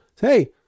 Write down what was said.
hey